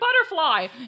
butterfly